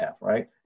right